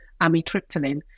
amitriptyline